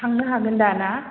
थांनो हागोनदा ना